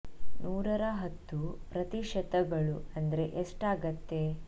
ನೂರರ ಹತ್ತು ಪ್ರತಿಶತಗಳು ಅಂದರೆ ಎಷ್ಟಾಗುತ್ತೆ